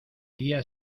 día